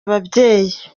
ababyeyi